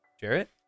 Jarrett